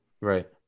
Right